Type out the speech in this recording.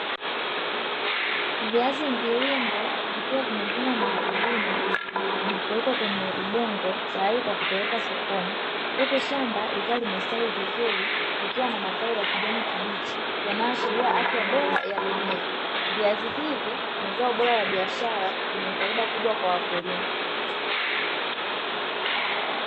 Viazi mviringo vikiwa vimevunwa na wakulima na kuwekwa kwenye udongo tayari kwa kupelekwa sokoni, huku shamba likiwa limestawi vizuri likiwa na matawi ya kijani kibichi yanayoashiria afya bora ya mimea, viazi hivi ni zao bora la biashara lenye faida kubwa kwa wakulima.